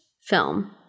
film